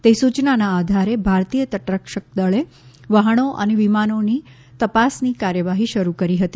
તે સૂચનાનાં આધારે ભારતીય તટરક્ષક દળ દ્વારા વહાણો અને વિમાનોની તપાસની કાર્યવાહી શરૂ કરી હતી